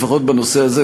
לפחות בנושא הזה,